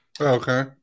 Okay